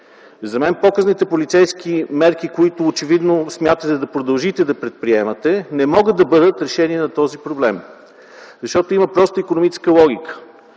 За мен показните полицейски мерки, които очевидно смятате да продължите да предприемате, не могат да бъдат решение на този проблем. Защото има проста икономическа логика